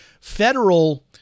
federal